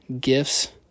gifts